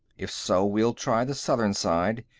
if so, we'll try the southern side.